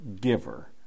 giver